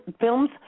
films